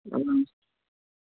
অঁ